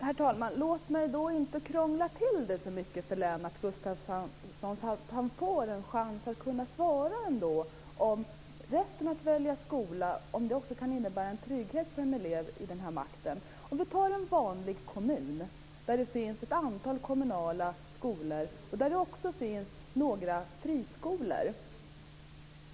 Herr talman! Låt mig då inte krångla till det så mycket för Lennart Gustavsson, så att han får en chans att kunna svara om huruvida rätten att välja skola skulle innebära trygghet och makt för en elev. Vi har en vanlig kommun där det finns ett antal kommunala skolor och där det också finns några friskolor.